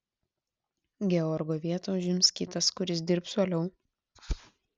georgo vietą užims kitas kuris dirbs uoliau